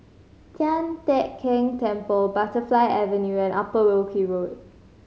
Tian Teck Keng Temple Butterfly Avenue and Upper Wilkie Road